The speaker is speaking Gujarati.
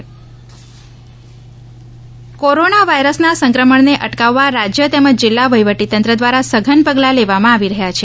કોરોના તંત્ર કોરોના વાયરસના સંક્રમણને અટકાવવા રાજ્ય તેમજ જિલ્લા વહીવટી તંત્ર દ્વારા સઘન પગલાં લેવામાં આવી રહ્યા છે